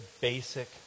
basic